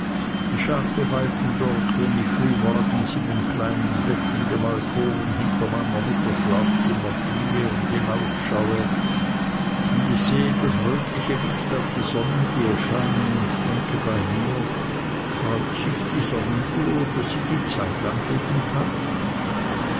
die schafe weiden dort wenn ich früh morgens in dem kleinen bett in dem alkoven hinter meiner mutter schlafzimmer kniee und hinausschaue und ich sehe das rötliche licht auf die sonnenuhr scheinen und denke bei mir freut sich die sonnenuhr daß sie die zeit angeben kann